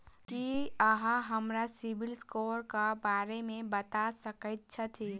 की अहाँ हमरा CIBIL score क बारे मे बता सकइत छथि?